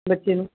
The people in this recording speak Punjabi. ਬੱਚੇ ਨੂੰ